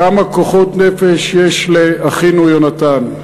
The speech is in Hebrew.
כמה כוחות נפש יש לאחינו יונתן,